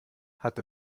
hatte